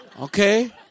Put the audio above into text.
Okay